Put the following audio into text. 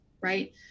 Right